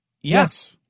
Yes